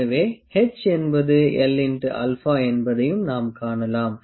எனவே h என்பது L x α என்பதையும் நாம் காணலாம்